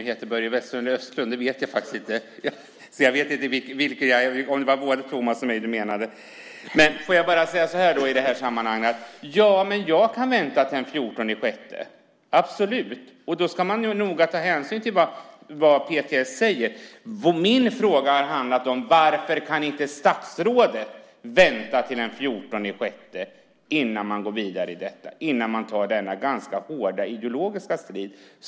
Herr talman! Jag kan vänta till den 14 juni. Då ska man noga ta hänsyn till vad PTS säger. Min fråga handlar om varför inte statsrådet kan vänta till den 14 juni innan man går vidare och tar denna ganska hårda ideologiska strid.